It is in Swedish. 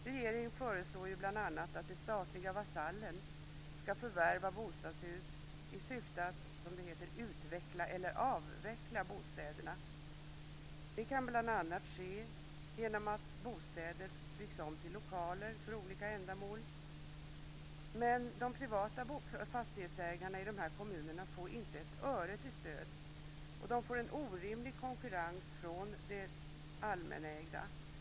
Regeringen föreslår bl.a. att det statliga bolaget Vasallen ska förvärva bostadshus i syfte att utveckla eller avveckla bostäderna. Det kan bl.a. ske genom att bostäder byggs om till lokaler för olika ändamål. Men de privata fastighetsägarna i dessa kommuner får inte ett öre till stöd, och de får en orimlig konkurrens från det allmänägda.